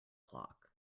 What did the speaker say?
clock